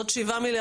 עוד 7 מיליארד,